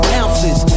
ounces